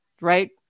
right